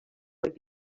would